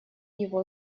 его